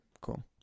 cool